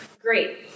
Great